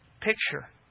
Picture